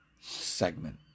segment